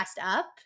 up